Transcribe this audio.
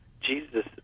Jesus